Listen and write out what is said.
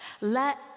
let